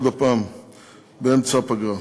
באמצע הפגרה.